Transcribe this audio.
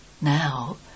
Now